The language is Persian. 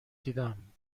دیدم